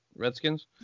Redskins